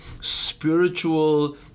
spiritual